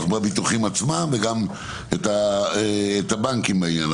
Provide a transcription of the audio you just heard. מהביטוחים עצמם וגם את הבנקים בעניין.